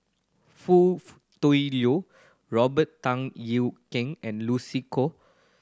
Foo Tui Liew Robert Tan Yew Keng and Lucy Koh